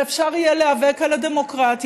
ואפשר יהיה להיאבק על הדמוקרטיה,